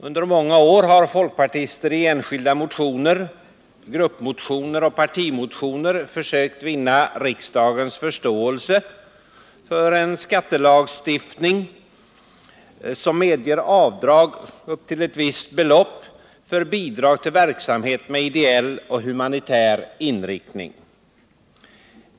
Under många år har folkpartister i enskilda motioner, gruppmotioner och partimotioner försökt vinna riksdagens förståelse för en skattelagstiftning som medger avdrag upp till ett visst belopp för bidrag till verksamhet med ideell och humanitär inriktning.